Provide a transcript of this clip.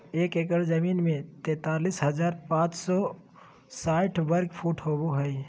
एक एकड़ जमीन में तैंतालीस हजार पांच सौ साठ वर्ग फुट होबो हइ